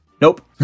Nope